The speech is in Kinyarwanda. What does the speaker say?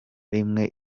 rimwe